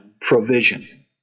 provision